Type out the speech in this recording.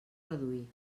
reduir